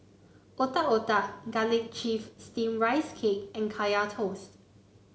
Otak Otak Garlic Chives Steamed Rice Cake and Kaya Toast